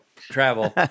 travel